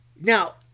Now